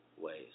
ways